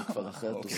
זה כבר אחרי התוספת,